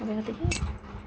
ଯେମିତିକି